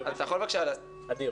אדיר